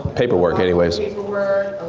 paperwork anyways. ah